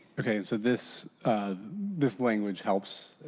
okay. and so this this language helps.